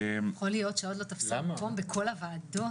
יכול להיות שעוד לא תפסו מקום בכל הוועדות?